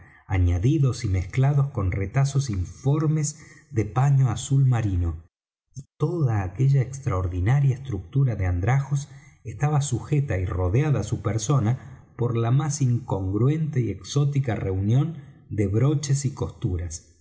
añadidos y mezclados con retazos informes de paño azul marino y toda aquella extraordinaria estructura de andrajos estaba sujeta y rodeada á su persona por la más incongruente y exótica reunión de broches y costuras